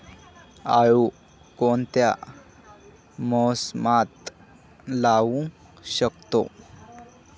आळू कोणत्या मोसमात लावू शकतो?